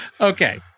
Okay